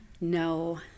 No